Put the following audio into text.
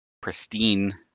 pristine